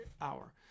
hour